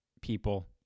people